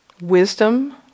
Wisdom